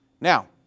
Now